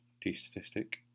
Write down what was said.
t-statistic